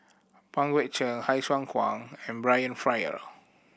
Pang Guek Cheng Sai Hua Kuan and Brian Farrell